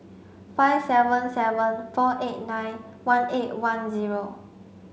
five seven seven four eight nine one eight one zero